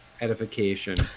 edification